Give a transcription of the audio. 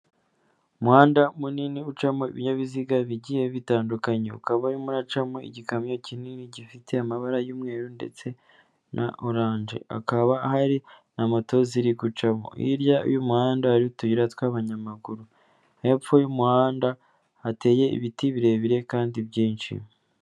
Umuhanda munini ucamo ibinyabiziga bigiye bitandukanye, ukaba urimo uracamo igikamyo kinini gifite amabara y'umweru ndetse na oranje, akaba ahari na moto ziri gucamo hirya y'umuhanda ari utuyira tw'abanyamaguru, hepfo y'umuhanda hateye ibiti birebire kandi byinshi.